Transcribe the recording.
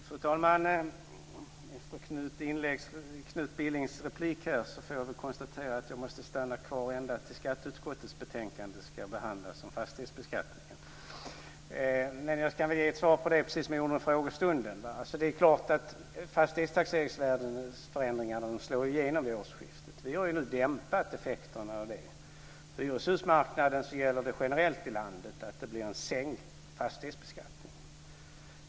Fru talman! Efter Knut Billings replik får jag konstatera att jag måste stanna kvar ända tills skatteutskottets betänkande om fastighetsbeskattningen ska behandlas. Jag ska ge ett svar, precis som jag gjorde under frågestunden. Fastighetstaxeringsvärdesförändringarna slår igenom vid årsskiftet. Vi har nu dämpat effekterna av det. På hyreshusmarknaden gäller det generellt i landet att det blir en sänkt fastighetsbeskattning.